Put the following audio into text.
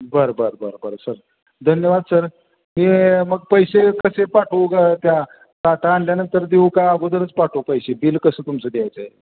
बरं बरं बरं बरं सर धन्यवाद सर हे मग पैसे कसे पाठवू का त्या ताटं आणल्यानंतर देऊ का अगोदरच पाठवू पैसे बिल कसं तुमचं द्यायचं आहे